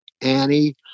Annie